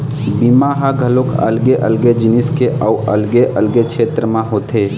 बीमा ह घलोक अलगे अलगे जिनिस के अउ अलगे अलगे छेत्र म होथे